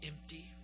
Empty